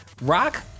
Rock